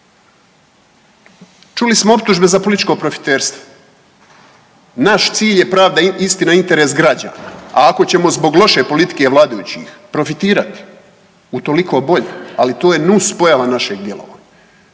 Čuli smo optužbe za političko profiterstvo. Naš cilj je pravda, istina i interes građana, a ako ćemo zbog loše politike vladajućih profitirati utoliko bolje, ali to je nus pojava našeg djelovanja.